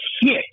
hit